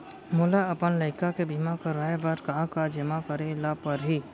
मोला अपन लइका के बीमा करवाए बर का का जेमा करे ल परही?